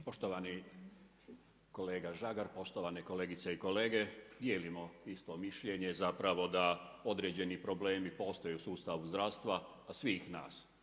Poštovani kolega Žagar, poštovane kolegice i kolege, dijelimo isto mišljenje zapravo, da određeni problemi postoje u sustavu zdravstva svih nas.